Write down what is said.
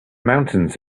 mountains